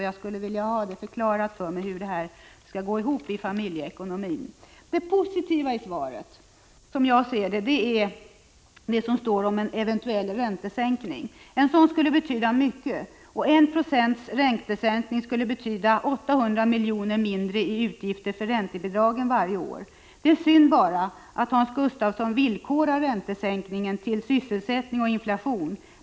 Jag skulle vilja ha förklarat för mig hur detta skall gå ihop i familjeekonomin. Det positiva i svaret är det som står om en eventuell räntesänkning. En sådan skulle betyda mycket. 1 20 räntesänkning skulle betyda 800 miljoner mindre i utgifter för räntebidragen varje år. Det är synd bara att Hans Gustafsson villkorar räntesänkningen till sysselsättning och inflation.